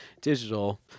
digital